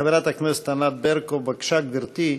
חברת הכנסת ענת ברקו, בבקשה, גברתי.